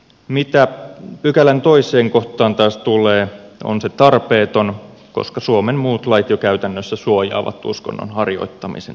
mitä pykälän toiseen kohtaan taas tulee on se tarpeeton koska suomen muut lait jo käytännössä suojaavat uskonnon harjoittamisen häiritsemiseltä